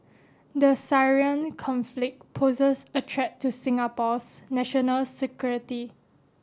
the Syrian conflict poses a threat to Singapore's national security